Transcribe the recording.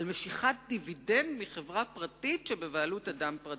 משיכת דיבידנד מחברה פרטית שבבעלות אדם פרטי.